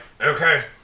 okay